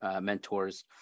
mentors